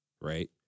right